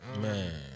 Man